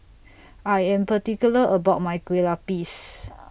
I Am particular about My Kueh Lapis